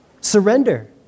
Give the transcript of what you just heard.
Surrender